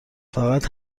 فقط